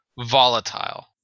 Volatile